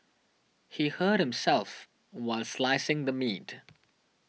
he hurt himself while slicing the meat